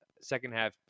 second-half